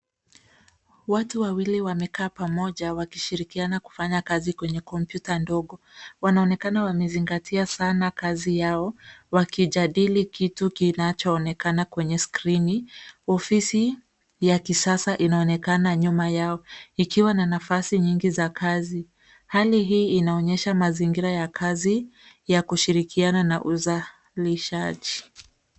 Watu wawili wamekaa pamoja wakishirikiana kufanya kazi kwenye kompyuta ndogo. Wanaonekana wamezingatia sana kazi yao, wakijadili kitu kinachoonekana kwenye skrini. Ofisi ya kisasa inaonekana nyuma yao, ikiwa na nafasi nyingi za kazi. Hali hii inaonyesha mazingira ya kazi ya kushirikiana na uzalishaji.